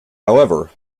however